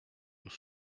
nous